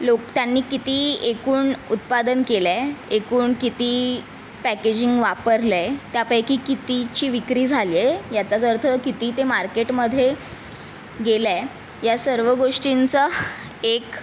लोक त्यांनी किती एकूण उत्पादन केले आहे एकूण किती पॅकेजिंग वापरलं आहे त्यापैकी कितीची विक्री झाली आहे याचाच अर्थ किती ते मार्केटमध्ये गेलं आहे या सर्व गोष्टींचा एक